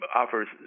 offers